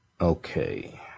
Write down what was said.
Okay